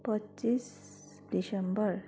पच्चिस डिसेम्बर